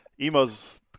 Emo's